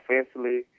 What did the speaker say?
Offensively